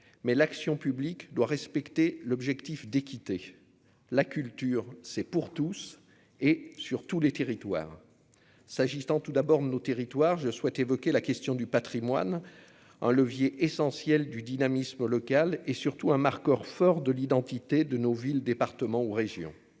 mais l'action publique doit respecter l'objectif d'équité, la culture, c'est pour tous et sur tous les territoires s'agissant tout d'abord nos territoires je souhaite évoquer la question du Patrimoine, un levier essentiel du dynamisme local et surtout un marqueur fort de l'identité de nos villes, départements ou régions